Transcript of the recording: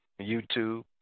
YouTube